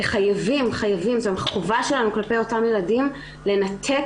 וחייבים-חייבים זו חובה שלנו כלפי אותם ילדים לנתק